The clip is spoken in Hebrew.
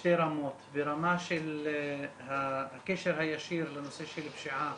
בשתי רמות, ברמה של הקשר הישיר לנושא של פשיעה